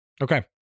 Okay